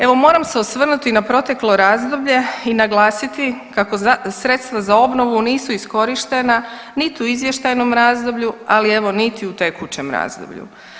Evo moram se osvrnuti na proteklo razdoblje i naglasiti kako sredstva za obnovu nisu iskorištena niti u izvještajnom razdoblju, ali evo niti u tekućem razdoblju.